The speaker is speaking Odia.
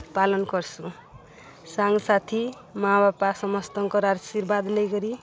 ପାଳନ୍ କର୍ସୁଁ ସାଙ୍ଗସାଥି ମା' ବାପା ସମସ୍ତଙ୍କର୍ ଆଶୀର୍ବାଦ୍ ନେଇକରି